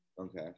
Okay